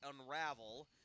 unravel